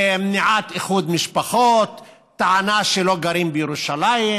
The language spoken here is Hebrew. מניעת איחוד משפחות, טענה שלא גרים בירושלים,